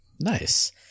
Nice